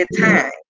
time